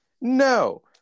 no